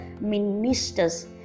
ministers